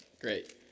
great